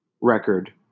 record